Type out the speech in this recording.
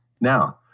Now